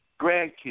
grandkids